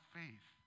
faith